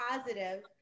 positive